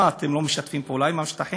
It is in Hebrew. מה, אתם לא משתפים פעולה עם השטחים?